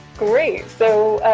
great, so,